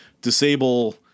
disable